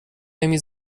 نمی